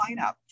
lineup